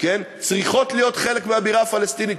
צריכות להיות חלק מהבירה הפלסטינית.